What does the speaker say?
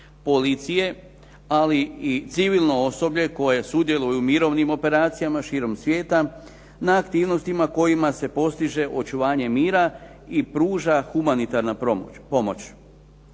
policije ali i civilno osoblje koje sudjeluje u mirovnim operacijama širom svijeta na aktivnostima kojima se postiže očuvanje mira i pruža humanitarna pomoć.